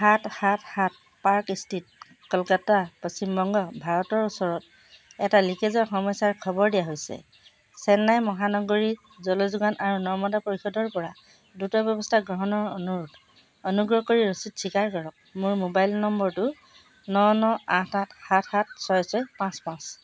সাত সাত সাত পাৰ্ক ষ্ট্ৰীট কলকাতা পশ্চিমবংগ ভাৰতৰ ওচৰত এটা লিকেজৰ সমস্যাৰ খবৰ দিয়া হৈছে চেন্নাই মহানগৰী জল যোগান আৰু নৰ্দমা পৰিষদৰপৰা দ্ৰুত ব্যৱস্থা গ্ৰহণৰ অনুৰোধ অনুগ্ৰহ কৰি ৰচিদ স্বীকাৰ কৰক মোৰ মোবাইল নম্বৰটো ন ন আঠ আঠ সাত সাত ছয় ছয় পাঁচ পাঁচ